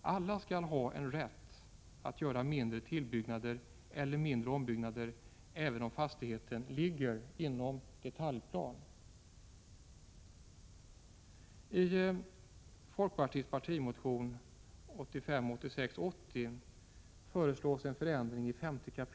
Alla skall ha rätt att göra mindre tillbyggnader eller mindre ombyggnader, även om fastigheten — Prot. 1986 86:80 föreslås en ändring i 5 kap.